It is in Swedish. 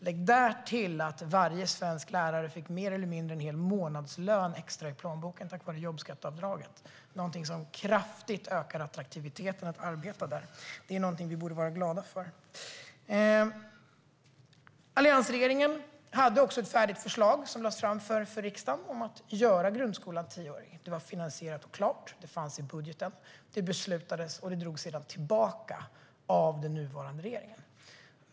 Lägg därtill att varje svensk lärare fick mer eller mindre en hel månadslön extra i plånboken tack vare jobbskatteavdraget - någonting som kraftigt ökar attraktiviteten i att arbeta i skolan. Det är någonting vi borde vara glada för. Alliansregeringen hade ett färdigt förslag som lades fram för riksdagen om att göra grundskolan tioårig. Det var finansierat och klart, det fanns i budgeten, det beslutades om det och det drogs sedan tillbaka av den nuvarande regeringen.